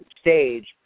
stage